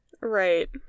Right